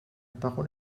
parole